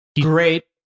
Great